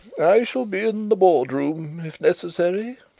i shall be in the boardroom if necessary.